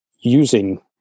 using